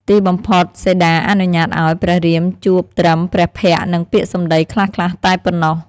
ទីបំផុតសីតាអនុញ្ញាតឱ្យ ព្រះរាមជួបត្រឹមព្រះភក្ត្រនិងពាក្យសំដីខ្លះៗតែប៉ុណ្ណោះ។